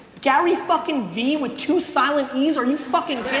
gary fucking vee with two silent es, are you fucking